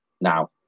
now